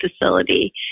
facility